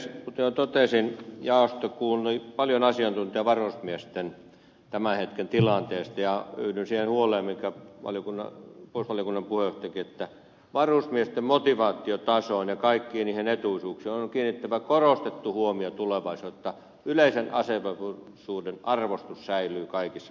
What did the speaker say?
kuten jo totesin jaosto kuuli paljon asiantuntijoita varusmiesten tämän hetken tilanteesta ja yhdyn siihen huoleen mikä puolustusvaliokunnan puheenjohtajallakin on että varusmiesten motivaatiotasoon ja kaikkiin niihin etuisuuksiin on kiinnitettävä korostettu huomio tulevaisuudessa että yleisen asevelvollisuuden arvostus säilyy kaikissa vaiheissa